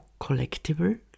collectible